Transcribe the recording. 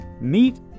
meet